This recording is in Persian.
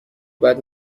بعد